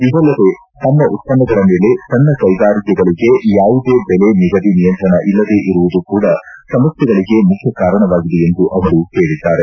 ಇದಲ್ಲದೇ ತಮ್ಮ ಉತ್ಪನ್ನಗಳ ಮೇಲೆ ಸಣ್ಣ ಕೈಗಾರಿಕೆಗಳಿಗೆ ಯಾವುದೇ ಬೆಲೆ ನಿಗದಿ ನಿಯಂತ್ರಣ ಇಲ್ಲದೇ ಇರುವುದು ಕೂಡ ಸಮಸ್ಕೆಗಳಿಗೆ ಮುಖ್ಖಕಾರಣವಾಗಿದೆ ಎಂದು ಅವರು ಹೇಳಿದ್ದಾರೆ